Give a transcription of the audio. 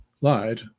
lied